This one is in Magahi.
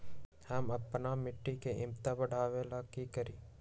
हम अपना मिट्टी के झमता बढ़ाबे ला का करी?